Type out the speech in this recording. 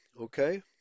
okay